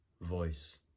voice